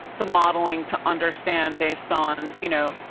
the modeling to understand based on, you know,